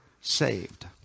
saved